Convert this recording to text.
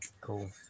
Cool